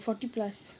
forty plus